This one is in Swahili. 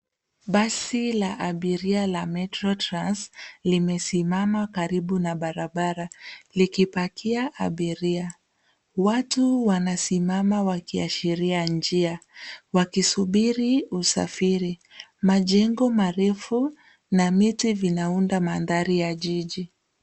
Basi la abiria la METRO TRANS limesimama karibu na barabara likipakia abiria. Watu wanasimama wakiashiria njia wakisubiri usafiri. Majengo marefu na miti vinaunda mandhari ya jiji.